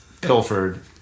Pilfered